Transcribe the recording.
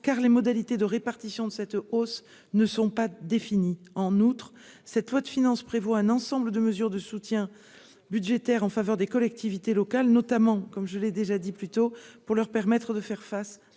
car les modalités de répartition de cette hausse ne sont pas définies en outre cette loi de finances prévoit un ensemble de mesures de soutien budgétaire en faveur des collectivités locales, notamment comme je l'ai déjà dit plutôt pour leur permettre de faire face à l'inflation,